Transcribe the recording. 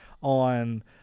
on